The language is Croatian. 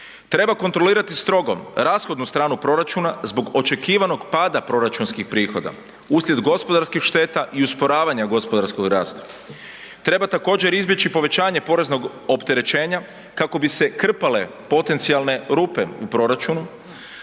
Treba kontrolirati strogo rashodnu stranu proračuna zbog očekivanog pada proračunskih prihoda uslijed gospodarskih šteta i usporavanja gospodarskog rasta. Treba također izbjeći povećanje poreznog opterećenja kako bi se krpale potencijalne rupe u proračunu,